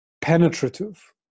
penetrative